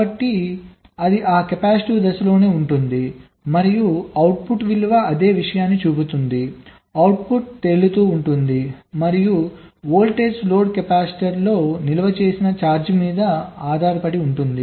కాబట్టి అది ఆ కెపాసిటివ్ దశలోనే ఉంటుంది మరియు అవుట్పుట్ విలువ అదే విషయాన్ని చూపుతుంది అవుట్పుట్ తేలుతూ ఉంటుంది మరియు వోల్టేజ్ లోడ్ కెపాసిటర్లో నిల్వ చేసిన ఛార్జ్ మీద ఆధారపడి ఉంటుంది